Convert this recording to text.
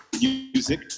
music